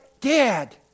dad